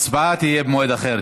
ההצבעה תהיה במועד אחר.